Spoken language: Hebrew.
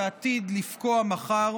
שעתיד לפקוע מחר,